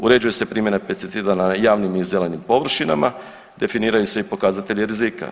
Uređuje se primjena pesticida na javnim i zelenim površinama, definiraju se i pokazatelji rizika.